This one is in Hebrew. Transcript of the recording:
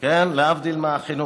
להבדיל מהחינוך.